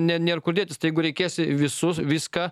ne nėr kur dėtis tai jeigu reikės visus viską